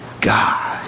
God